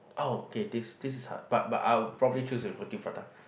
oh K this this is hard but but I will probably choose with roti-prata